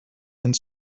and